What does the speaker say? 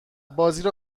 بازیرو